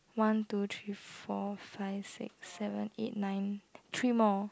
one two three four five six seven eight nine three more